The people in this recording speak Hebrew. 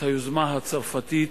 את היוזמה הצרפתית,